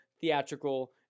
theatrical